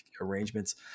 arrangements